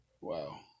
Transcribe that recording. Wow